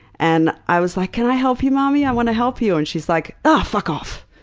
and i was like, can i help you, mommy? i want to help you. and she's like, ah, fuck off.